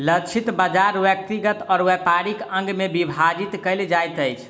लक्षित बाजार व्यक्तिगत और व्यापारिक अंग में विभाजित कयल जाइत अछि